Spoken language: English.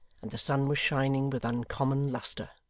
and the sun was shining with uncommon lustre.